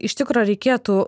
iš tikro reikėtų